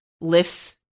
lifts